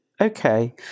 Okay